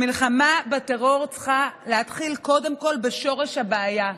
המלחמה בטרור צריכה להתחיל קודם כול בשורש הבעיה: